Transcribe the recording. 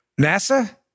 NASA